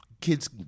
kids